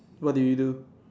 what do you do